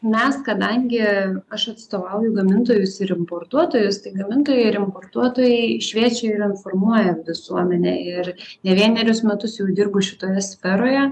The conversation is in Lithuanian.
mes kadangi aš atstovauju gamintojus ir importuotojus tai gamintojai ir importuotojai šviečia ir informuoja visuomenę ir ne vienerius metus jau dirbu šitoje sferoje